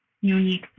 unique